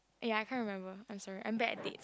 ya can't remember I'm sorry I'm bad at date